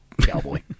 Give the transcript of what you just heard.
cowboy